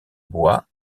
bois